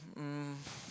um